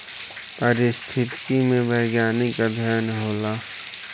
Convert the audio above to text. पारिस्थितिकी में वैज्ञानिक अध्ययन होला